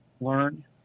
learn